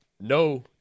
no